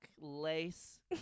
lace